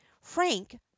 frank